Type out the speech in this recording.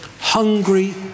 hungry